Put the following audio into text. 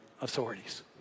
authorities